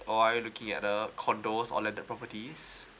or are you looking at the condo or landed properties